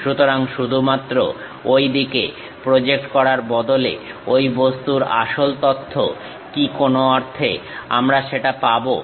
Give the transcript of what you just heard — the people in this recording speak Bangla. সুতরাং শুধুমাত্র ঐদিকে প্রজেক্ট করার বদলে ঐ বস্তুর আসল তথ্য কি কোনো অর্থে আমরা সেটা পাবো